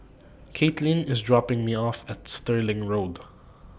Kaitlin IS dropping Me off At Stirling Road